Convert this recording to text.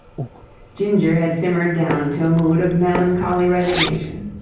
ginger had simmered down to a mood of melancholy resignation.